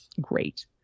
great